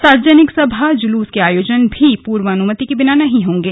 सार्वजनिक सभा जुलूस के आयोजन भी पूर्व अनुमति के बिना नहीं होंगे